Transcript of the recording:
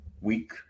week